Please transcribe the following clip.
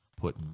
put